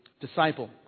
disciple